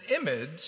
image